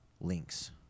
Links